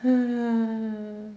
hmm